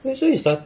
actually you start